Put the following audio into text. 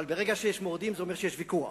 אבל ברגע שיש מורדים זה אומר שיש ויכוח.